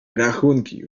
rachunki